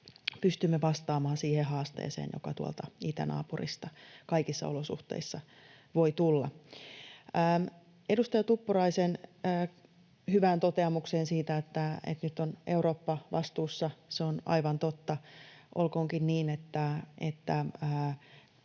pystymme vastaamaan siihen haasteeseen, joka tuolta itänaapurista kaikissa olosuhteissa voi tulla. Edustaja Tuppuraisen hyvään toteamukseen siitä, että nyt on Eurooppa vastuussa: Se on aivan totta, olkoonkin niin, että